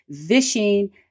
vishing